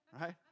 right